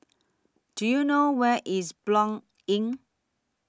Do YOU know Where IS Blanc Inn